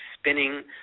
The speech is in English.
spinning